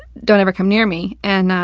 don't ever come near me. and, ah,